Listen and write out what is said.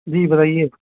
जी बताईए